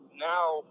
now